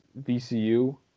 VCU